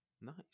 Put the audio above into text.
Nice